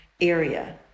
area